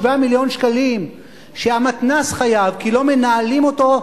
מיליון ש"ח שהמתנ"ס חייב כי לא מנהלים אותו,